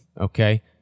Okay